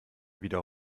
wieder